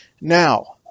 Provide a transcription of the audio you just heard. Now